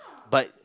but